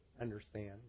understand